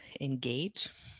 engage